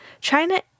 China